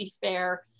Fair